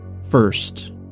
First